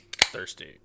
thirsty